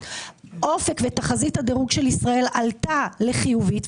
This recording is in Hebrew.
תחזית הדירוג של ישראל עלתה לחיובית.